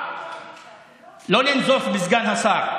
לא לנזוף בסגן השר.